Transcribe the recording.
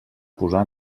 posar